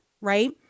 right